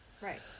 Right